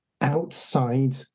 outside